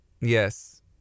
Yes